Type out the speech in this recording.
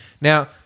Now